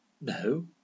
No